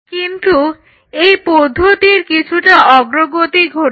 কিন্তু এই পদ্ধতির কিছুটা অগ্রগতি ঘটেছে